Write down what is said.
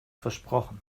versprochen